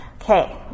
Okay